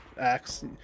axe